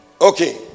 Okay